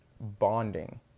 bonding